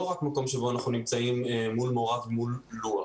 רק מקום שבו אנחנו נמצאים מול מורה ומול לוח,